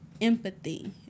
empathy